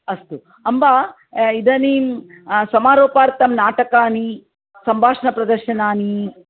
अस्तु अम्ब इदानीं समारोपार्थं नाटकानि सम्भाषणप्रदर्शनानि